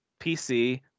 PC